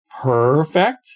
perfect